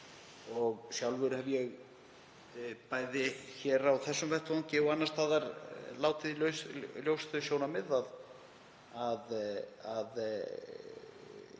Sjálfur hef ég, bæði hér á þessum vettvangi og annars staðar, látið í ljós þau sjónarmið að